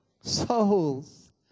Souls